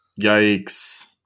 Yikes